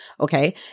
Okay